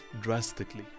drastically